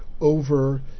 over